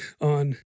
on